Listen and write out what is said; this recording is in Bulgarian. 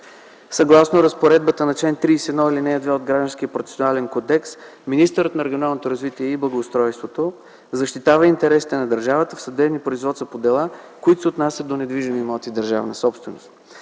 Съгласно разпоредбата на чл. 31, ал. 1 от Гражданския процесуален кодекс министърът на регионалното развитие и благоустройството защитава интересите на държавата в съдебни производства по дела, които се отнасят до недвижими имоти – държавна собственост.